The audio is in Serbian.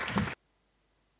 Hvala.